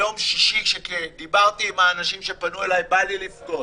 ביום שישי כשדיברתי עם האנשים שפנו אלי בא לי לבכות.